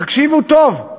תקשיבו טוב,